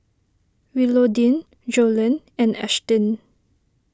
Willodean Joellen and Ashtyn